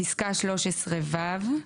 פסקה 13 ו'